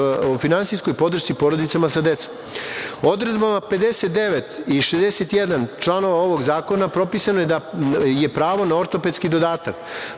o finansijskoj podršci porodicama sa decom. Odredbama 59. i 61. članova ovog zakona, propisano je da pravo na ortopedski dodatak.